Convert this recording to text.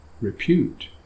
repute